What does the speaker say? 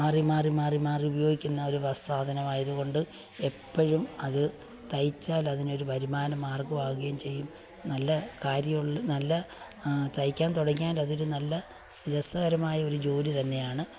മാറി മാറി മാറി മാറി ഉപയോഗിക്കുന്ന ഒരു സാധനമായതു കൊണ്ട് എപ്പോഴും അത് തയ്ച്ചാൽ അതിനൊരു വരുമാനം മാർഗം ആവുകയും ചെയ്യും നല്ല കാര്യമുള്ള നല്ല തയ്ക്കാൻ തുടങ്ങിയാൽ അതൊരു നല്ല രസകരമായ ഒരു ജോലി തന്നെയാണ്